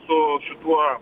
su šituo